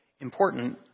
important